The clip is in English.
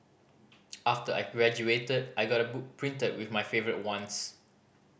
after I graduated I got a book printed with my favourite ones